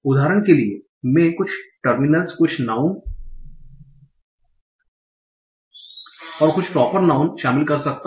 उदाहरण के लिए मैं कुछ डिटर्मिनरस कुछ नाउँन और कुछ प्रोपर नाउँन शामिल कर सकता हूं